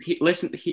Listen